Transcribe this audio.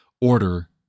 order